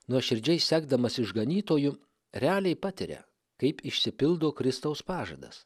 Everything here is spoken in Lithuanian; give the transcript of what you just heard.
nuoširdžiai sekdamas išganytoju realiai patiria kaip išsipildo kristaus pažadas